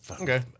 Okay